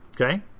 Okay